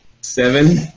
Seven